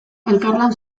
elkarlan